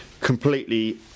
completely